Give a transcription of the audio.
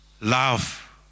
love